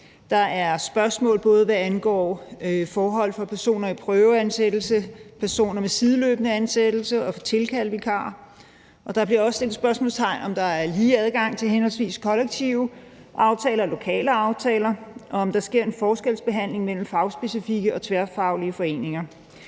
Der er spørgsmål, hvad angår forhold for personer i prøveansættelse, personer med sideløbende ansættelse og tilkaldevikarer, og der bliver stillet spørgsmål til, om der er lige adgang til henholdsvis kollektive aftaler og lokale aftaler, og om der sker en forskelsbehandling af fagspecifikke og tværfaglige foreninger.